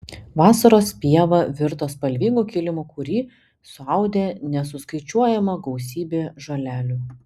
vasaros pieva virto spalvingu kilimu kurį suaudė nesuskaičiuojama gausybė žolelių